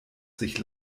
sich